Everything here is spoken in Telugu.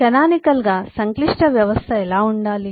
కానానికల్ గా సంక్లిష్ట వ్యవస్థ ఎలా ఉండాలి